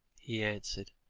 he answered.